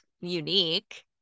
unique